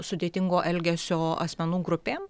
sudėtingo elgesio asmenų grupėm